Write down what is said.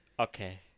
Okay